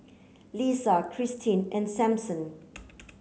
Leesa Cristine and Sampson